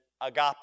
agape